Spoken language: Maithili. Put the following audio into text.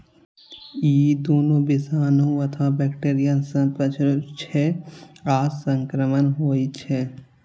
ई दुनू विषाणु अथवा बैक्टेरिया सं पसरै छै आ संक्रामक होइ छै